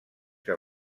que